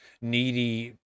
needy